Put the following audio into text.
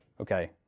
okay